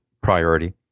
priority